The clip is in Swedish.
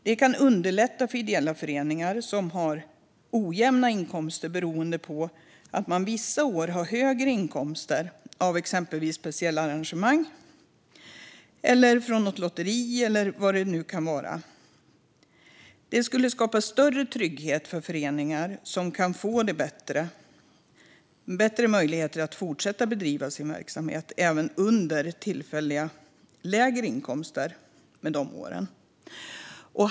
Det kan underlätta för ideella föreningar, som kan ha ojämna inkomster beroende på att man vissa år har högre inkomster från exempelvis speciella arrangemang, något lotteri eller vad det nu kan vara. Det skulle skapa större trygghet för föreningar, som då kan få bättre möjligheter att fortsätta bedriva sin verksamhet även under år med tillfälligt lägre inkomster.